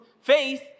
faith